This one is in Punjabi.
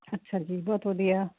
ਹਾਂਜੀ ਬਹੁਤ ਵਧੀਆ